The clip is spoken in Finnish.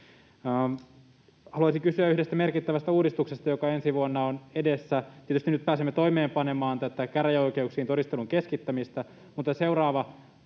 Haluaisin kysyä yhdestä merkittävästä uudistuksesta, joka ensi vuonna on edessä. Tietysti nyt pääsemme toimeenpanemaan tätä käräjäoikeuksien todistelun keskittämistä, mutta seuraava